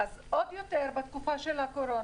אז עוד יותר בתקופה של הקורונה.